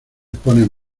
ponen